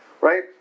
right